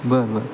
बरं बरं